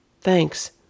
Thanks